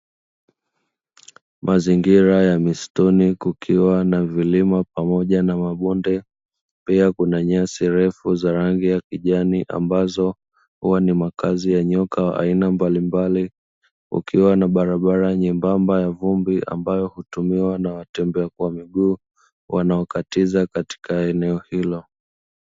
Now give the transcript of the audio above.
Mazingira ya mistuni kukiwa na vilima pamoja na mabonde. Pia kuna nyasi refu za rangi ya kijani ambazo huwa ni makazi ya nyoka aina mbalimbali; kukiwa na barabara nyembamba ya vumbi ambayo hutumiwa na watembea kwa miguu wanaokatiza katika eneo hilo.